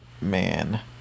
Man